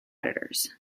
editors